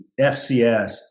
fcs